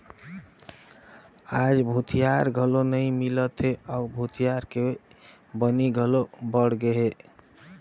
आयज भूथिहार घलो नइ मिलत हे अउ भूथिहार के बनी घलो बड़ गेहे